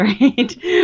right